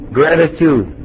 gratitude